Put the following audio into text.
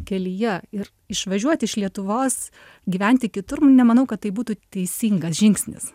kelyje ir išvažiuot iš lietuvos gyventi kitur nemanau kad tai būtų teisingas žingsnis